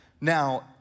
Now